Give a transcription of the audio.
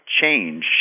change